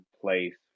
place